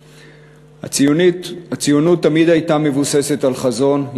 הציונות תמיד הייתה מבוססת על חזון,